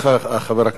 חבר הכנסת חנין,